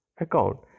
Account